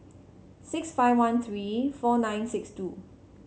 six five one three four nine six two